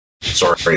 Sorry